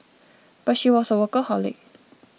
but she was a workaholic